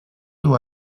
dur